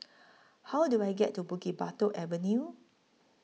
How Do I get to Bukit Batok Avenue